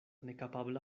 nekapabla